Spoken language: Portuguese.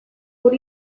por